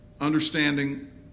Understanding